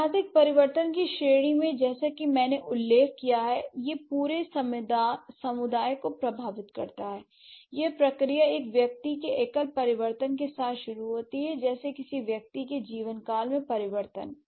ऐतिहासिक परिवर्तन की श्रेणी में जैसा कि मैंने उल्लेख किया है यह पूरे समुदाय को प्रभावित करता है l यह प्रक्रिया एक व्यक्ति के एकल परिवर्तन के साथ शुरू होती है जैसे किसी व्यक्ति के जीवनकाल में परिवर्तन